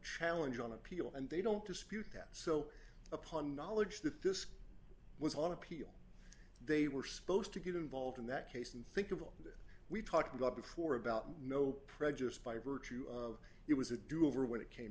challenge on appeal and they don't dispute that so upon knowledge that this was on appeal they were supposed to get involved in that case and think of all that we talked about before about no prejudice by virtue of it was a do over when it came